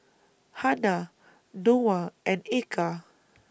Hana Noah and Eka